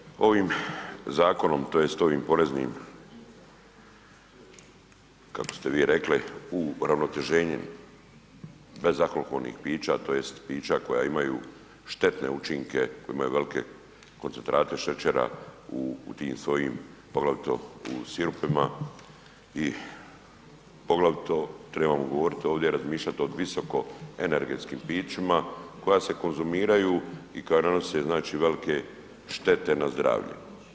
Ministre, ovim zakonom tj. ovim poreznim kako ste vi rekli uravnoteženjem bezalkoholnih pića tj. pića koja imaju štetne učinke koji imaju velike koncentrate šećera u tim svojim poglavito u sirupima i poglavito trebamo govoriti i razmišljati o tome o visoko energetskim pićima koja se konzumiraju i koja nanose velike štete na zdravlje.